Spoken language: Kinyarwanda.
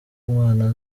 umwana